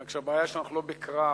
רק שהבעיה היא שאנחנו לא בקרב